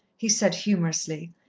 he said humorously,